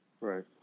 right